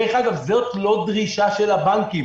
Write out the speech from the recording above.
דרך אגב, זאת לא דרישה של הבנקים,